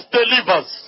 delivers